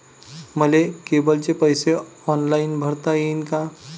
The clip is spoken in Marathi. मले केबलचे पैसे ऑनलाईन भरता येईन का?